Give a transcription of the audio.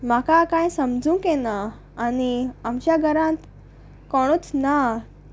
म्हाका कांय समजूंक येना आनी आमच्या घरांत कोणूच ना